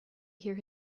hear